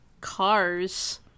Cars